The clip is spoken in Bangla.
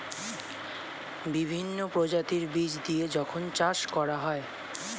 বিভিন্ন প্রজাতির বীজ দিয়ে যখন চাষ করা হয়